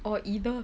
or either